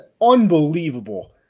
Unbelievable